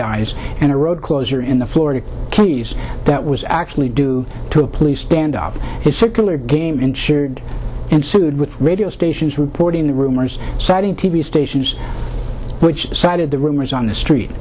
dies and a road closure in the florida keys that was actually due to a police standoff is circular game insured and sued with radio stations reporting the rumors citing t v stations which cited the rumors on the street